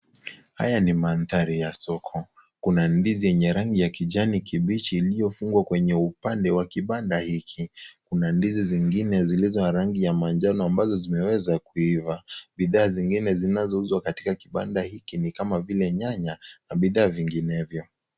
Haya ni mandhari ya soko. Kuna ndizi yenye rangi ya kijani kibichi iliyofungwa kwenye upande wa kibanda hiki. Kuna ndizi zingine zilizo ya rangi ya manjano ambazo zimeweza kuiva. Bidhaa zingine zinazouzwa katika kibanda hiki ni kama vile nyanya na bidhaa vinginevyo.